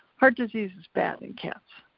heart disease is bad in cats,